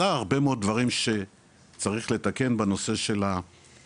מצאה הרבה מאוד דברים שצריך לתקן בנושא של איך,